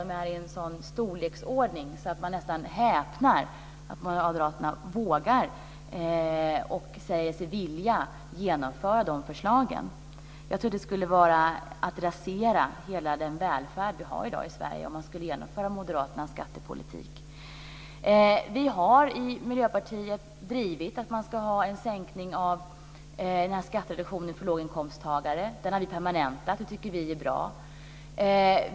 De är i en sådan storleksordning att man nästan häpnar att moderaterna vågar och säger sig vilja genomföra förslagen. Det skulle vara att rasera den välfärd som finns i Sverige i dag om man genomför moderaternas skattepolitik. Vi har i Miljöpartiet drivit en skattereduktion för låginkomsttagare. Den har permanentats. Det tycker vi är bra.